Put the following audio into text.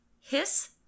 hiss